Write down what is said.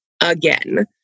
again